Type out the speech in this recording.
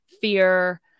fear